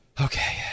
Okay